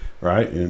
right